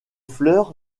fleurs